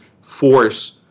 force